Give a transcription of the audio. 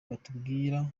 batubwira